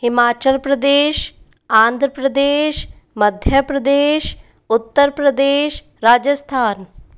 Himachal Pradesh Andhra Pradesh Madhya Pradesh Uttar Pradesh Rajasthan